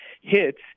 hits